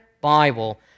Bible